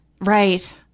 right